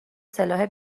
سلاح